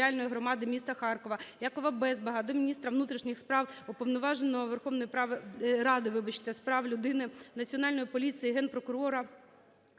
Дякую.